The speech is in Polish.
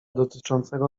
dotyczącego